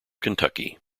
kentucky